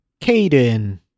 Caden